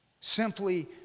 simply